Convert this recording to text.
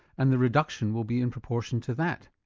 and the reduction will be in proportion to that.